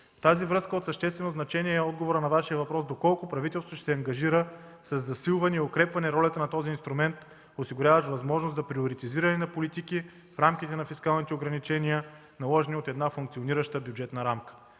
с това от съществено значение е отговорът на Вашия въпрос доколко правителството ще се ангажира със засилване и укрепване ролята на този инструмент, осигуряващ възможност за приоритизиране на политики в рамките на фискалните ограничения, наложени от една функционираща бюджетна рамка.